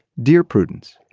dear prudence.